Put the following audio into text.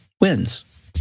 wins